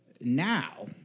Now